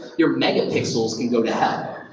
your megapixels can go to hell.